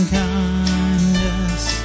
kindness